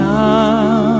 now